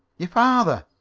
your father.